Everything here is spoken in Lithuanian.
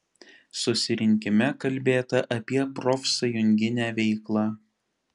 susirinkime kalbėta apie profsąjunginę veiklą